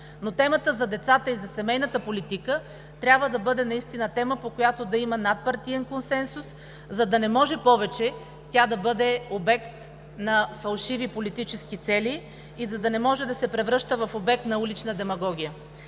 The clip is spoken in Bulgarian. Но темата за децата и за семейната политика трябва да бъде наистина тема, по която да има надпартиен консенсус, за да не може повече тя да бъде обект на фалшиви политически цели и за да не може да се превръща в обект на улична демагогия.